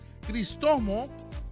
Cristomo